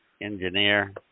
engineer